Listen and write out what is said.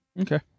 Okay